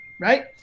Right